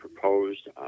proposed